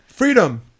freedom